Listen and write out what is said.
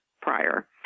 prior